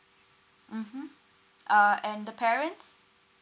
mmhmm uh and the parents